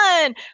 one